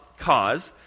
cause